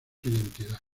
identidad